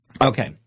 Okay